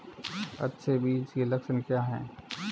अच्छे बीज के लक्षण क्या हैं?